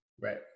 right